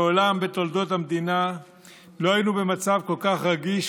מעולם בתולדות המדינה לא היינו במצב כל כך רגיש,